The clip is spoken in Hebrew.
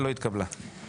לא התקבלה.